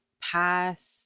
past